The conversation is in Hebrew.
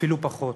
אפילו פחות.